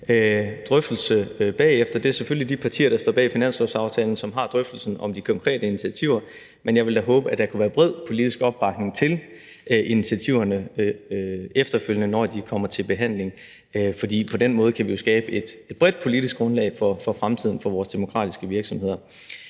drøftelse bagefter. Det er selvfølgelig de partier, der står bag finanslovsaftalen, som har drøftelsen om de konkrete initiativer, men jeg vil da håbe, at der kan være bred politisk opbakning til initiativerne efterfølgende, når de kommer til behandling. På den måde kan vi jo skabe et bredt politisk grundlag for fremtiden for vores demokratiske virksomheder.